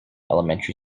elementary